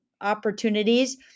opportunities